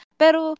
pero